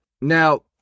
Now